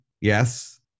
yes